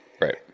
Right